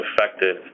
effective